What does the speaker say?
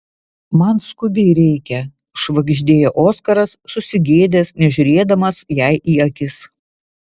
man skubiai reikia švagždėjo oskaras susigėdęs nežiūrėdamas jai į akis